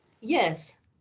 Yes